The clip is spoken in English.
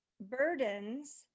burdens